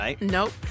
Nope